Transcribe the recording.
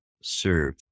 serve